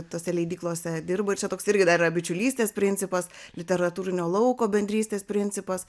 tose leidyklose dirba ir čia toks irgi dar yra bičiulystės principas literatūrinio lauko bendrystės principas